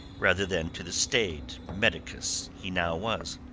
rather than to the staid medicus he now was.